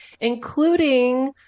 including